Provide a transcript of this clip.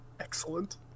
Excellent